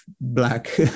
black